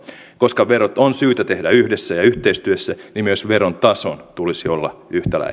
koska verot on syytä tehdä yhdessä ja yhteistyössä niin myös veron tason tulisi olla